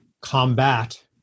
combat